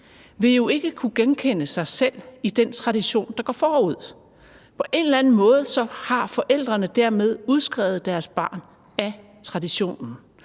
vil jo ikke kunne genkende sig selv i den tradition, der går forud. På en eller anden måde har forældrene dermed udskrevet deres barn af traditionen,